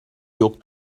yok